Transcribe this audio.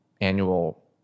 annual